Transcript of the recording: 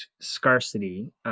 scarcity